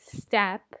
step